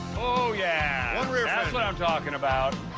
oh, yeah what i'm talking about.